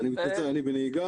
מחלה חדשה בעולם בכלל,